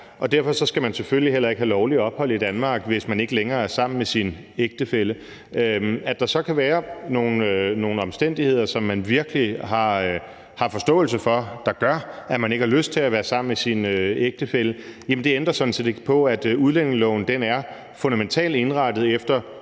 derfor skal man selvfølgelig heller ikke have lovligt ophold i Danmark, hvis man ikke længere er sammen med sin ægtefælle. At der så kan være nogle omstændigheder, som man virkelig har forståelse for, der gør, at vedkommende ikke har lyst til at være sammen med sin ægtefælle, ændrer sådan set ikke på, at udlændingeloven fundamentalt er indrettet efter